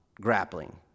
grappling